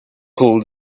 pull